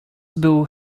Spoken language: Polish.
był